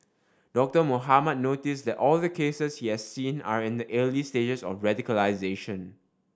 Doctor Mohamed noticed that all the cases he has seen are in the early stages of radicalisation